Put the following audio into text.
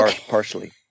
partially